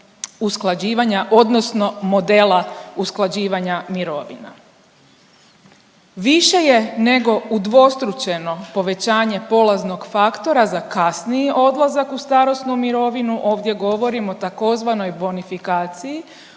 usklađivanja odnosno modela usklađivanja mirovina. Više je nego udvostručeno povećanje polaznog faktora za kasniji odlazak u starosnu mirovinu. Ovdje govorim o tzv. bonifikaciji